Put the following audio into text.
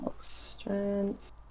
Strength